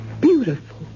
beautiful